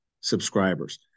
subscribers